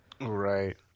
Right